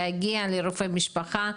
להגיע לרופא משפחה,